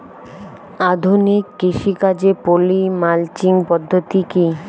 আধুনিক কৃষিকাজে poly mulching পদ্ধতি কি?